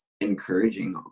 encouraging